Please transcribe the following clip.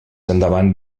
endavant